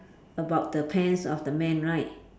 about the pants of the man right